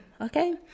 okay